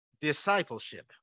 discipleship